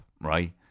right